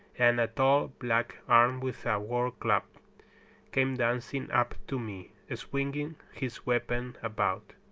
and a tall black armed with a war-club came dancing up to me, swinging his weapon about,